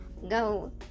go